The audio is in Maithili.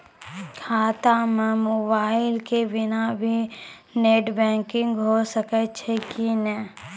खाता म मोबाइल के बिना भी नेट बैंकिग होय सकैय छै कि नै?